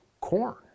corn